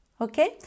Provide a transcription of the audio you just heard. Okay